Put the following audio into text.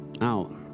Out